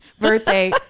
birthday